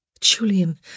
Julian